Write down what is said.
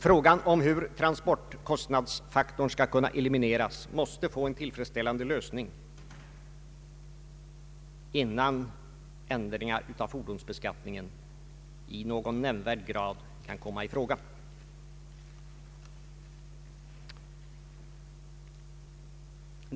Frågan hur transportkostnadsfaktorn skall kunna elimineras måste få en tillfredsställande lösning innan ändringar av fordonsbeskattningen i någon nämnvärd grad kan komma i fråga.